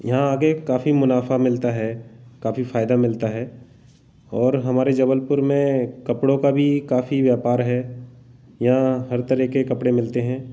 यहाँ आगे काफ़ी मुनाफा मिलता है काफ़ी फायदा मिलता है और हमारे जबलपुर में कपड़ों का भी काफ़ी व्यपार है यहाँ हर तरह के कपड़े मिलते हैं